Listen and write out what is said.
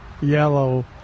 yellow